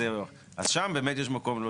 אז שם באמת יש מקום.